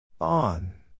On